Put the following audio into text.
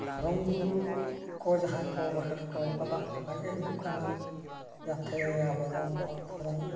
ᱫᱷᱚᱨᱚᱢ ᱜᱩᱨᱩ ᱠᱚ ᱡᱟᱦᱟᱸ ᱠᱚ ᱵᱟᱸᱠᱷᱮᱬ ᱦᱚᱴᱚ ᱠᱟᱫᱟ ᱚᱱᱟ ᱜᱮ ᱦᱩᱭᱩᱜ ᱠᱟᱱᱟ ᱡᱟᱛᱮ ᱟᱵᱚ ᱵᱚᱱ ᱱᱚᱣᱟ ᱫᱷᱚᱨᱚᱢ